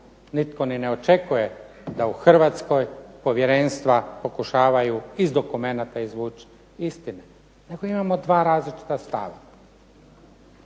nitko ni ne očekuje da u Hrvatskoj povjerenstva pokušavaju iz dokumenata izvući istine nego imamo dva različita stava.